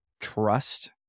trust